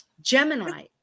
gemini